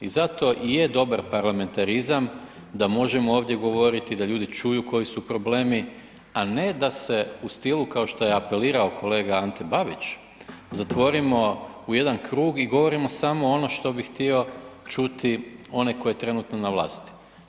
I zato je dobar parlamentarizam da možemo ovdje govoriti, da ljudi čuju koji su problemi, a ne da se u stilu kao što je apelirao kolega Ante Babić zatvorimo u jedan krug i govorimo samo ono što bi htio čuti onaj tko je trenutno na vlasti.